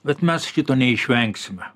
bet mes šito neišvengsime